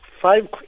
five